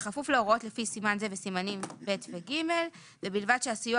בכפוף להוראות לפי סימן זה וסימנים ב' ו-ג' ובלבד שהסיוע